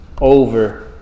over